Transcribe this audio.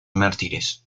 mártires